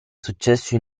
successo